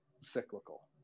cyclical